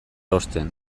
hozten